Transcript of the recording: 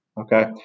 Okay